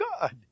God